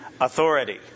authority